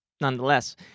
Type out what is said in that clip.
nonetheless